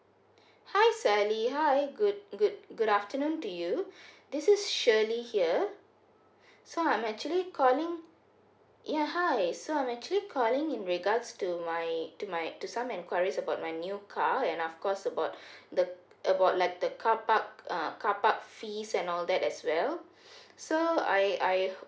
hi sally how are you good good good afternoon to you this is shirley here so I'm actually calling ya hi so I'm actually calling in regards to my to my to some enquiries about my new car and of course about the about like the car park uh car park fees and all that as well so I I